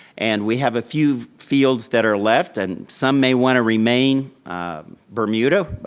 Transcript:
and we have a few fields that are left, and some may want to remain bermuda.